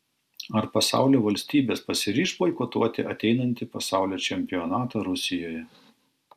ar pasaulio valstybės pasiryš boikotuoti ateinantį pasaulio čempionatą rusijoje